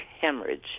hemorrhage